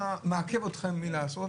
מה מעכב אתכם מלעשות?